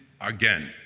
again